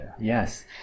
Yes